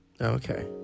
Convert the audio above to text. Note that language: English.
Okay